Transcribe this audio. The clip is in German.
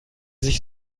sich